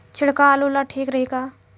छिड़काव आलू ला ठीक रही का?